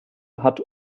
hat